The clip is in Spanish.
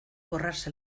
borrarse